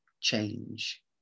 change